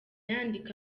yandika